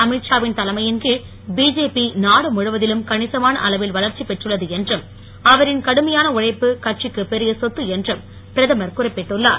Amit Shah win தலைமையின் கீழ் BJP நாடு முழுவதிலும் கணிசமான அளவில் வனர்ச்சி பெற்றுள்ளது என்றும் அவரின் கடுமையான உழைப்பு கட்சிக்கு பெரிய சொத்து என்றும் பிரதமர் குறிப்பிட்டுள்ளார்